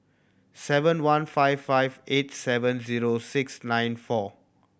seven one five five eight seven zero six nine four